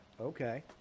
Okay